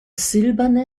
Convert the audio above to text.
silberne